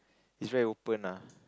he's very open ah